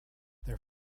there